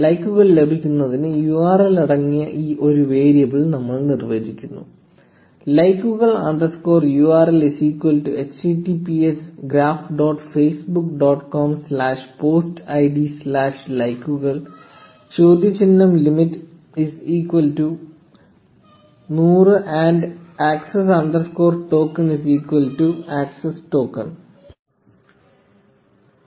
ലൈക്കുകൾ ലഭിക്കുന്നതിന് URL അടങ്ങിയ ഒരു വേരിയബിൾ നമ്മൾ നിർവ്വചിക്കുന്നു ലൈക്കുകൾ underscore URL is equal to https graph dot facebook dot com slash post ID slash ലൈക്കുകൾ ചോദ്യചിഹ്നം limit is equal to 100 and access underscore token is equal to access token'